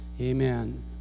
Amen